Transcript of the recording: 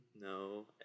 No